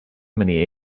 many